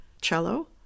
cello